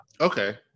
Okay